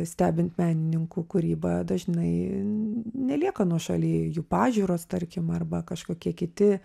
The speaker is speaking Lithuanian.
stebint menininkų kūrybą dažnai nelieka nuošaly jų pažiūros tarkim arba kažkokie kiti